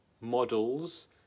models